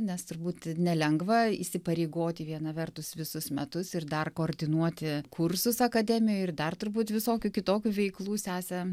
nes turbūt nelengva įsipareigoti viena vertus visus metus ir dar koordinuoti kursus akademijoj ir dar turbūt visokių kitokių veiklų sesę